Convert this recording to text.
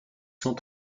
cent